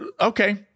Okay